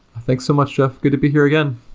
thanks so much, jeff. good to be here again.